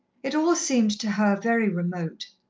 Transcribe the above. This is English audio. it all seemed to her very remote.